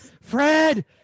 Fred